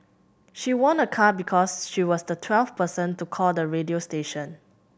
she won a car because she was the twelfth person to call the radio station